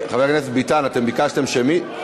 חבר הכנסת ביטן, אתם ביקשתם שמית?